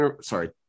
sorry